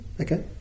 okay